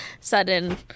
sudden